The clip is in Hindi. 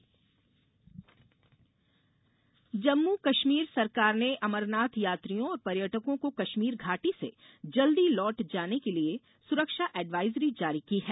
अमरनाथ यात्रा एडवाजरी जम्मू कश्मीर सरकार ने अमरनाथ यात्रियों और पर्यटकों को कश्मीर घाटी से जल्दी लौट जाने के लिए सुरक्षा एडवाइज़री जारी की है